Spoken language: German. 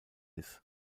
ist